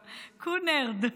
קונרד.